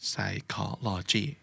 Psychology